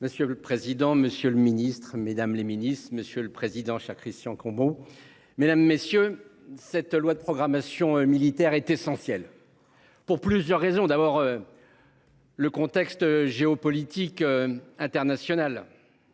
Monsieur le président, Monsieur le Ministre Mesdames les Ministres, Monsieur le Président chaque Christian Cambon, mesdames, messieurs, cette loi de programmation militaire est essentiel. Pour plusieurs raisons, d'abord. Le contexte géopolitique internationale.